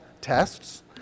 tests